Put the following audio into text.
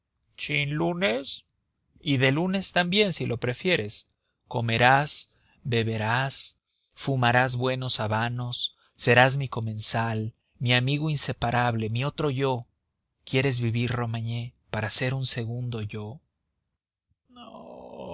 sin lunes y de lunes también si lo prefieres comerás beberás fumarás buenos habanos serás mi comensal mi amigo inseparable mi otro yo quieres vivir romagné para ser un segundo yo no no